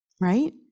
right